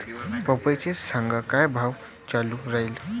पपईचा सद्या का भाव चालून रायला?